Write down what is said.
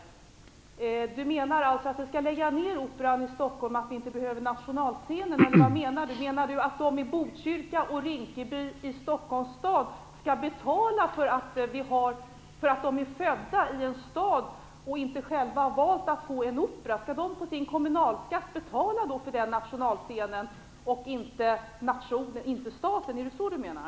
Charlotte Bjälkebring menar alltså att Operan i Stockholm skall läggas ner och att vi inte behöver någon nationalscen? Eller vad menar hon? Menar hon att invånarna i Botkyrka, Rinkeby och i Stockholms stad skall betala för att de är födda i en stad och inte själva har valt att få en opera? Skall de, och inte staten, via sin kommunalskatt betala för nationalscenen? Är det så Charlotta Bjälkebring menar?